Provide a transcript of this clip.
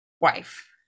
wife